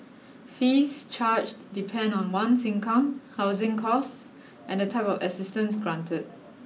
fees charged depend on one's income housing cost and the type of assistance granted